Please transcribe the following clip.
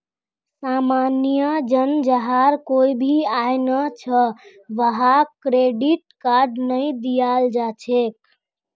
सामान्य जन जहार कोई भी आय नइ छ वहाक क्रेडिट कार्ड नइ दियाल जा छेक